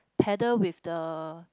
paddle with the